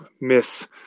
miss